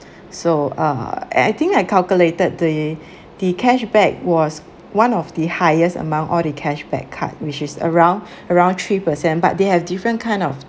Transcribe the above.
so uh I I think I calculated the the cashback was one of the highest among all the cashback card which is around around three percent but they have different kind of